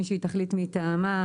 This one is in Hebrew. מי שהיא תחליט מטעמה,